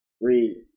Read